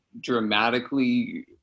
dramatically